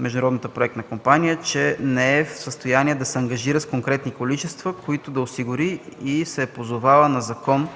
Международната проектна компания, че не е в състояние да се ангажира с конкретни количества, които да осигури, и се е позовала на закон